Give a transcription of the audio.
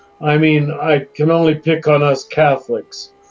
i mean, i can only pick on us catholics.